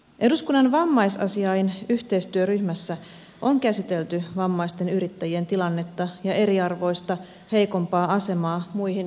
eduskunnan vammaisasiain yhteistyöryhmässä on käsitelty vammaisten yrittäjien tilannetta ja eriarvoista heikompaa asemaa muihin yrittäjiin nähden